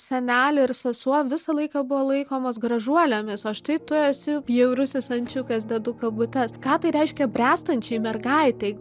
senelė ir sesuo visą laiką buvo laikomos gražuolėmis o štai tu esi bjaurusis ančiukas dedu kabutes ką tai reiškia bręstančiai mergaitei